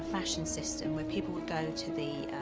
fashion system where people would go to the,